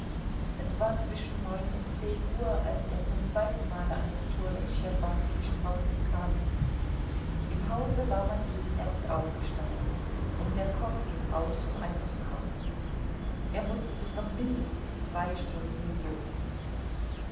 es war zwischen neun und zehn uhr als er zum zweiten male an das tor des schtscherbazkischen hauses kam im hause war man eben erst aufgestanden und der koch ging aus um einzukaufen er mußte sich noch mindestens zwei stunden gedulden